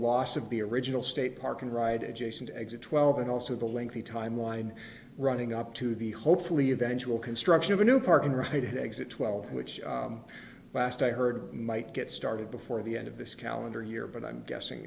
loss of the original state park and ride adjacent exit twelve and also the lengthy timeline running up to the hopefully eventual construction of a new park and ride exit twelve which last i heard might get started before the end of this calendar year but i'm guessing